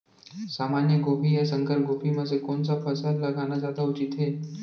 सामान्य गोभी या संकर गोभी म से कोन स फसल लगाना जादा उचित हे?